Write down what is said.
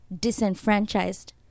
disenfranchised